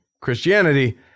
Christianity